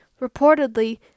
reportedly